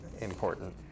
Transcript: important